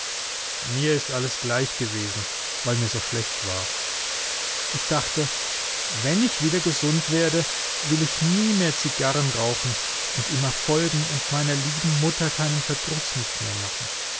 mir ist alles gleich gewesen weil mir so schlecht war ich dachte wenn ich wieder gesund werde will ich nie mehr zigarren rauchen und immer folgen und meiner lieben mutter keinen verdruß nicht mehr machen